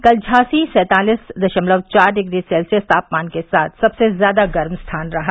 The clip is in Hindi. कल झांसी सैंतालिस दशमलव चार डिग्री सेल्सियस तापमान के साथ सबसे ज्यादा गर्म स्थान रहा